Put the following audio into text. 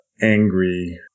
angry